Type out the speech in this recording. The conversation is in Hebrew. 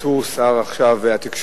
בתור שר התקשורת,